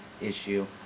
issue